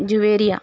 Javeria